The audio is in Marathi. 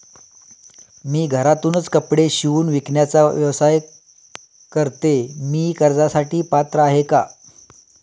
मी घरातूनच कपडे शिवून विकण्याचा व्यवसाय करते, मी कर्जासाठी पात्र आहे का?